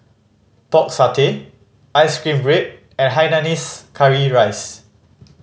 Pork Satay ice cream bread and hainanese curry rice